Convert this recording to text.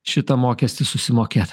šitą mokestį susimokėt